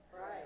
Right